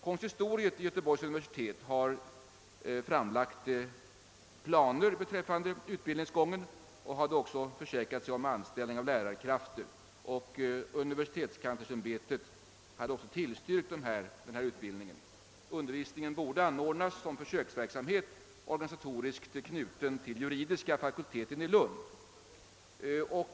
Konsistoriet vid Göteborgs universitet har framlagt planer beträffande utbild ningsgången och har också försäkrat sig om anställning av lärarkrafter. Även universitetskanslersämbetet har = tillstyrkt denna utbildning. Undervisningen borde anordnas som försöksverksamhet, organisatoriskt knuten till juridiska fakulteten i Lund.